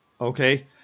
okay